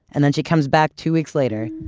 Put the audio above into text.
and then she comes back two weeks later,